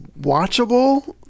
watchable